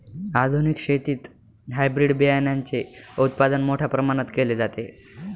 आधुनिक शेतीत हायब्रिड बियाणाचे उत्पादन मोठ्या प्रमाणात केले जाते